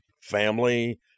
family